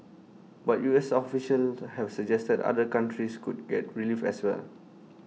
but U S officials have suggested other countries could get relief as well